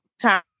time